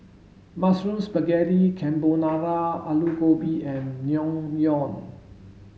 Mushroom Spaghetti Carbonara Alu Gobi and Naengmyeon